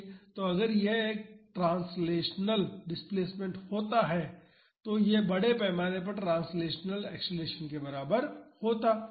तो अगर यह एक ट्रांसलेशनल डिस्प्लेसमेंट होता तो यह बड़े पैमाने पर ट्रांसलेशनल एक्सेलेरेशन के बराबर होता